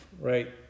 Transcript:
right